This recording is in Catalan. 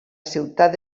ciutat